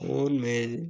phone में